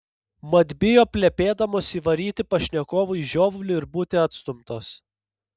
mat bijo plepėdamos įvaryti pašnekovui žiovulį ir būti atstumtos